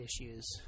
issues